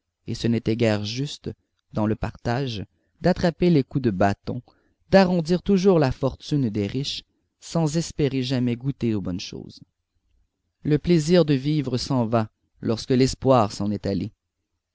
et ce n'était guère juste dans le partage d'attraper les coups de bâton d'arrondir toujours la fortune des riches sans espérer jamais goûter aux bonnes choses le plaisir de vivre s'en va lorsque l'espoir s'en est allé